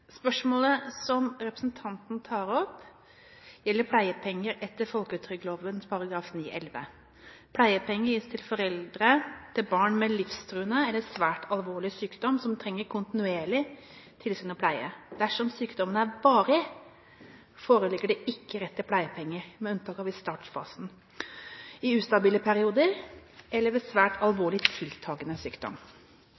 Spørsmålet som representanten tar opp, gjelder pleiepenger etter folketrygdloven § 9-11. Pleiepenger gis til foreldre til barn med livstruende eller svært alvorlig sykdom som trenger kontinuerlig tilsyn og pleie. Dersom sykdommen er varig, foreligger det ikke rett til pleiepenger, med unntak av i startfasen, i ustabile perioder eller ved svært